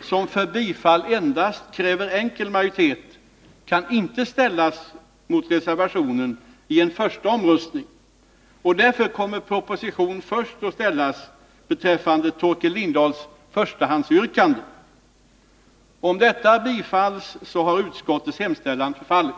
som för bifall endast kräver enkel majoritet, kan inte ställas mot reservationen i omröstning som gäller antagande av ändringsförslaget genom eft beslut. Propositioner kommer därför först att ställas beträffande Torkel Lindahls förstahandsyrkande. Om detta bifalles har utskottets hemställan förfallit.